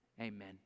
Amen